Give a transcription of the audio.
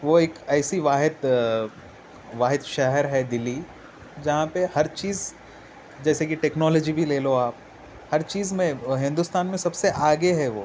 وہ ایک ایسی واحد واحد شہر ہے دلّی جہاں پہ ہر چیز جیسے کہ ٹیکنالوجی بھی لے لو آپ ہر چیز میں ہندوستان میں سب سے آگے ہے وہ